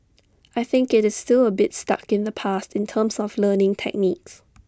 I think IT is still A bit stuck in the past in terms of learning techniques